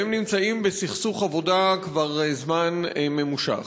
והם נמצאים בסכסוך עבודה כבר זמן ממושך.